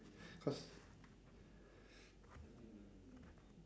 cause